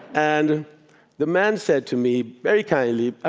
and the man said to me, very kindly,